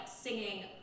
singing